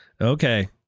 Okay